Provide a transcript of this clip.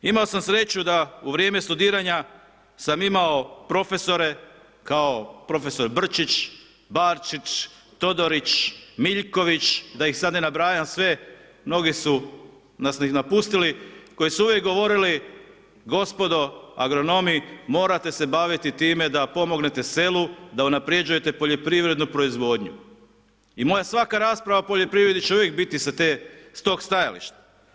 Imao sam sreću da u vrijeme studiranja sam imao profesore, kao profesor Brčić, Barčić, Todorić, Miljković, da ih sad ne nabrajam sve, mnogi su nas i napustili, koji su uvijek govorili Gospodo agronomi, morate se baviti time da pomognete selu, da unapređujete poljoprivrednu proizvodnju.>, i moja svaka rasprava o poljoprivredi će uvijek biti sa te, s tog stajališta.